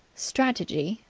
strategy,